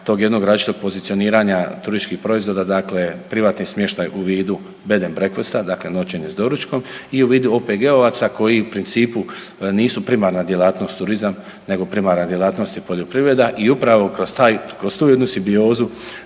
tog jednog različitog pozicioniranja turističkih proizvoda. Dakle, privatni smještaj u vidu bed and breakfest, dakle noćenje s doručkom i u vidu OPG-ovaca koji u principu nisu primarna djelatnost turizma, nego primarna djelatnost je poljoprivreda. I upravo kroz taj, kroz